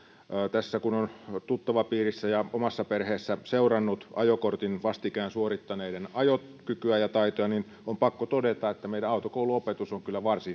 kun on tuttavapiirissä ja omassa perheessä seurannut ajokortin vastikään suorittaneiden ajokykyä ja taitoja on pakko todeta että meidän autokouluopetus on kyllä varsin